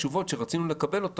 אנחנו לקראת יום כיפור, תעדן.